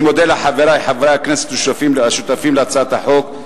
אני מודה לחברי חברי הכנסת השותפים להצעת החוק.